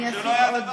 אני אוסיף.